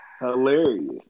hilarious